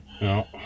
No